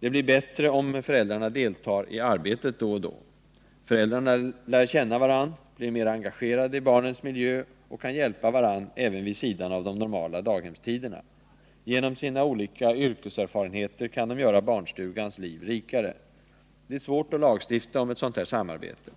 Det blir bättre om föräldrarna då och då deltar i arbetet. Föräldrarna lär känna varandra, blir mer engagerade i barnens miljö och kan hjälpa varandra även vid sidan av de normala daghemstiderna. Genom sina olika yrkeserfarenheter kan de göra barnstugans liv rikare. Det är svårt att lagstifta om ett sådant samarbete.